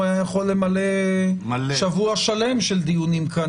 הוא היה יכול למלא שבוע שלם של דיונים כאן